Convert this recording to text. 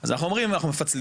אז אנחנו אומרים אנחנו מפצלים,